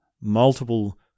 multiple